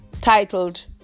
titled